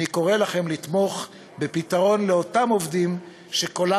אני קורא לכם לתמוך בפתרון לאותם עובדים שקולם